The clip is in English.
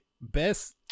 best